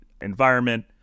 environment